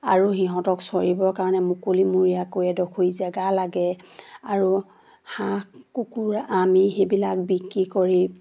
আৰু সিহঁতক চৰিবৰ কাৰণে মুকলিমূৰীয়কৈ এডোখৰ জেগা লাগে আৰু হাঁহ কুকুৰ আমি সেইবিলাক বিকি কৰি